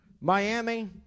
Miami